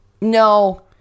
No